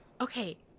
okay